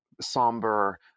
somber